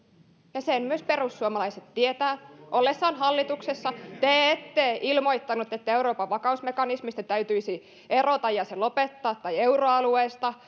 ja sen myös perussuomalaiset tietävät ollessanne hallituksessa te ette ilmoittaneet että euroopan vakausmekanismista täytyisi erota ja se lopettaa tai että euroalueesta